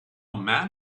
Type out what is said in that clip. man